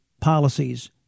policies